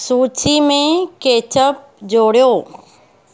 सूची मे केचअप जोड़ियो